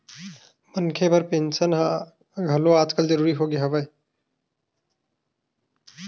मनखे बर पेंसन ह घलो आजकल जरुरी होगे हवय